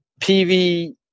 PV